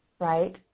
right